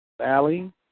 Valley